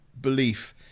belief